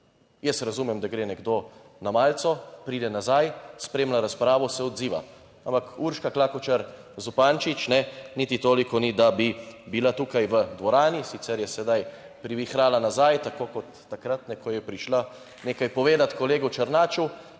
Jaz razumem, da gre nekdo na malico, pride nazaj, spremlja razpravo, se odziva. Ampak Urška Klakočar Zupančič ne, niti toliko ni, da bi bila tukaj v dvorani, sicer je sedaj privihrala nazaj, tako kot takrat, ko je prišla nekaj povedati kolegu Černaču.